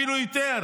אפילו יותר,